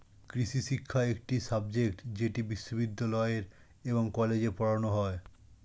কৃষিশিক্ষা একটি সাবজেক্ট যেটি বিশ্ববিদ্যালয় এবং কলেজে পড়ানো হয়